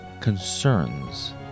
concerns